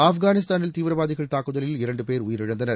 ஆப்கானிஸ்தானில் தீவிரவாதிகள் தாக்குதலில் இரண்டு பேர் உயிரிழந்தனர்